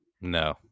No